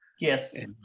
Yes